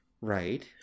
Right